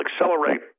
accelerate